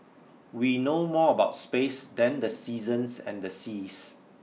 we know more about space than the seasons and the seas